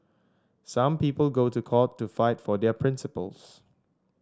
some people go to court to fight for their principles